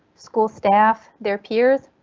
school staff, their peers?